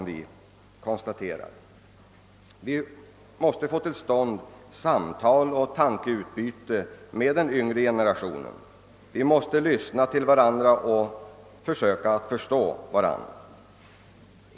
Vi måste få till stånd samtal och tankeutbyte med den yngre generationen, vi måste lyssna till varandra och försöka förstå varandra.